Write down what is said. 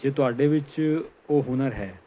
ਜੇ ਤੁਹਾਡੇ ਵਿੱਚ ਉਹ ਹੁਨਰ ਹੈ